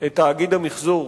את תאגיד המיחזור,